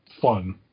fun